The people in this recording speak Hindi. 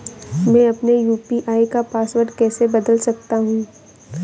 मैं अपने यू.पी.आई का पासवर्ड कैसे बदल सकता हूँ?